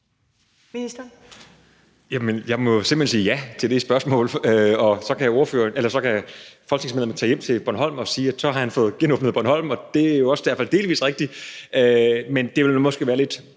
Heunicke): Jeg må simpelt hen sige ja til det spørgsmål, og så kan folketingsmedlemmet tage hjem til Bornholm og sige, at så har han fået genåbnet Bornholm. Det er jo også i hvert fald delvis rigtigt, men det ville måske være lidt